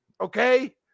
Okay